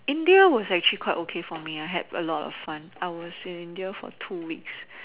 India was actually quite okay for me I had a lot of fun I was in India for two weeks